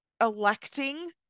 electing